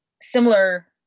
similar